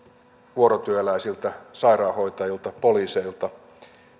vuorotyöläisiltä sairaanhoitajilta poliiseilta